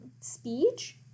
speech